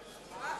שאם,